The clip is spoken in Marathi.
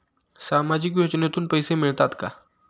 सामाजिक योजनेतून पैसे मिळतात का?